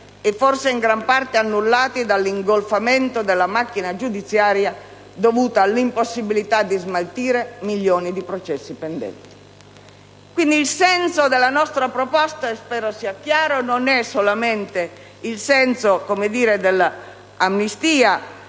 e, forse, in gran parte annullati dall'ingolfamento della macchina giudiziaria, dovuto all'impossibilità di smaltire milioni di processi pendenti. Quindi, il senso della nostra proposta - e spero sia chiaro - non è solamente il senso della amnistia